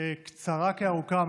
קצרה כארוכה,